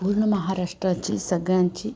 पूर्ण महाराष्ट्राची सगळ्यांची